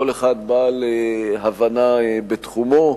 כל אחד בעל הבנה בתחומו,